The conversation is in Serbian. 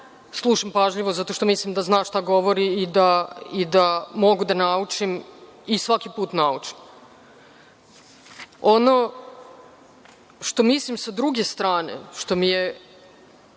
slušam pažljivo zato što mislim da zna šta govori i da mogu da naučim i svaki put naučim. Ono što mislim sa druge strane, što mi je